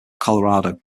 colorado